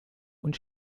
und